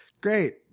great